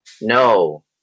No